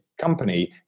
company